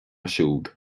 siúd